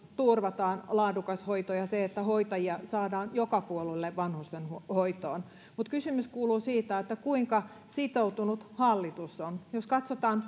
turvataan laadukas hoito ja se että hoitajia saadaan joka puolelle vanhustenhoitoon mutta kysymys kuuluu kuinka sitoutunut hallitus on jos katsotaan